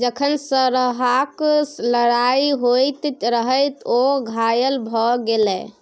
जखन सरहाक लड़ाइ होइत रहय ओ घायल भए गेलै